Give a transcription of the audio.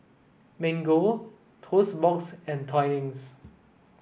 Mango Toast Box and Twinings